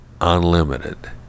unlimited